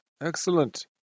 Excellent